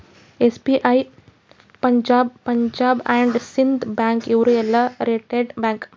SBI, Punjab, Punjab and Sind bank ಇವು ಎಲ್ಲಾ retail bank